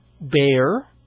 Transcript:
bear